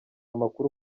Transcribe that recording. amakuru